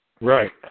Right